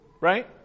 Right